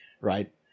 right